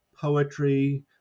poetry